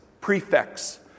prefects